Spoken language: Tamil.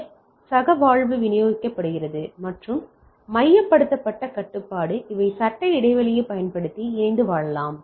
எஃப் சகவாழ்வு விநியோகிக்கப்படுகிறது மற்றும் மையப்படுத்தப்பட்ட கட்டுப்பாடு இடை சட்ட இடைவெளியைப் பயன்படுத்தி இணைந்து வாழலாம்